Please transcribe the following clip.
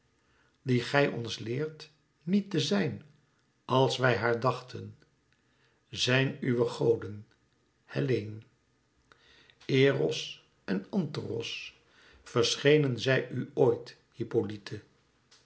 die gij ons leert niet te zijn als wij haar dachten zijn we goden helleen eros en anteros verschenen zij u oit